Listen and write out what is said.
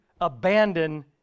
abandon